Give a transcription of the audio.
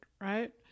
right